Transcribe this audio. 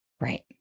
Right